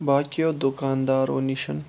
باقیو دُکانٛدارو نِش